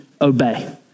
obey